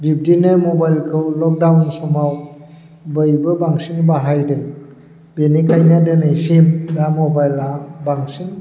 बिब्दिनो मबाइलखौ लकदाउन समाव बयबो बांसिन बाहायदों बेनिखायनो दिनैसिम दा मबाइला बांसिन